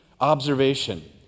observation